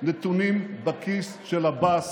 נתונים בכיס של עבאס,